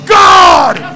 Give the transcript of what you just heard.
god